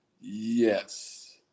Yes